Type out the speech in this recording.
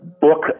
book